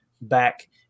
back